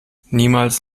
niemals